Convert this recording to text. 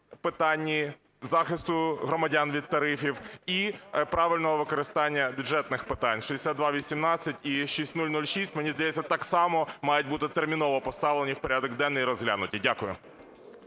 питанні захисту громадян від тарифів, і правильного використання бюджетних питань, 6218 і 6006, мені здається, так само мають бути терміново поставлені в порядок денний і розглянуті. Дякую.